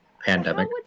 pandemic